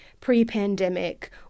pre-pandemic